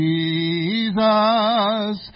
Jesus